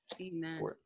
Amen